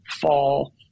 fall